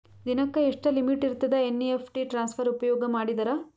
ದಿನಕ್ಕ ಎಷ್ಟ ಲಿಮಿಟ್ ಇರತದ ಎನ್.ಇ.ಎಫ್.ಟಿ ಟ್ರಾನ್ಸಫರ್ ಉಪಯೋಗ ಮಾಡಿದರ?